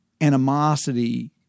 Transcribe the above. animosity